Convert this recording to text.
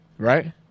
Right